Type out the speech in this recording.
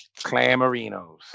clamorinos